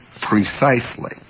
Precisely